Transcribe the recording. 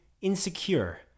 Insecure